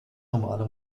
normale